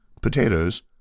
potatoes